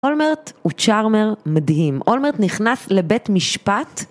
הולמרט הוא צ'רמר מדהים, הולמרט נכנס לבית משפט.